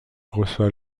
reçoit